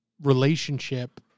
relationship